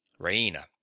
Raina